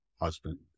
husband